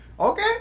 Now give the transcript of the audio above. Okay